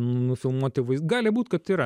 nufilmuoti gali būt kad yra